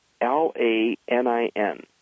L-A-N-I-N